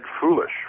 foolish